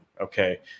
Okay